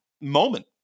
moment